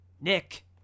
Nick